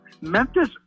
Memphis